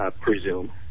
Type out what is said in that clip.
presume